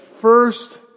first